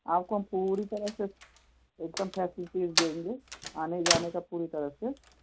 आपको हम पूरी तरह से एक दम फैसेलिटीज़ देंगे आने जाने की पूरी तरह से